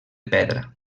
pedra